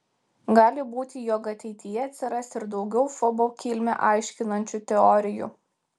gali būti jog ateityje atsiras ir daugiau fobo kilmę aiškinančių teorijų